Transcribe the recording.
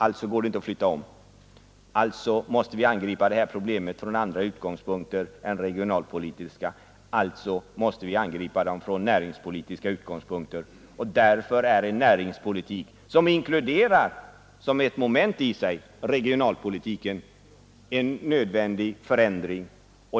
Alltså går det inte att flytta om, alltså måste man angripa problemen från andra utgångspunkter än regionalpolitiska, nämligen från näringspolitiska utgångspunkter. Därför är en näringspolitik, som inkluderar regionalpolitiken som ett moment i sig, en nödvändig förändring.